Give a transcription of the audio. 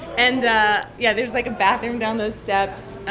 and, yeah, there's, like, a bathroom down those steps. and